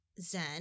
Zen